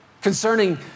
concerning